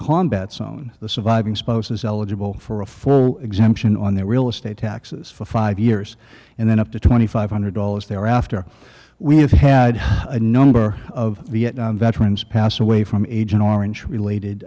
combat zone the surviving spouse is eligible for a four exemption on their real estate taxes for five years and then up to twenty five hundred dollars thereafter we have had a number of vietnam veterans passed away from agent orange related